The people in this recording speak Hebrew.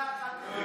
שאלה אחת אליך: